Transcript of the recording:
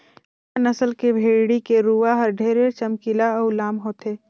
बड़िहा नसल के भेड़ी के रूवा हर ढेरे चमकीला अउ लाम होथे